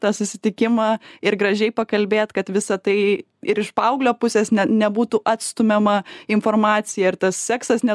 tą susitikimą ir gražiai pakalbėt kad visa tai ir iš paauglio pusės nebūtų atstumiama informacija ir tas seksas ne